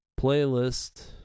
playlist